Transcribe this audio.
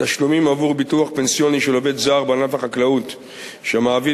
תשלומים עבור ביטוח פנסיוני של עובד זר בענף החקלאות שהמעביד